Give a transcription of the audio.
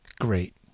great